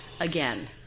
Again